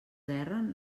erren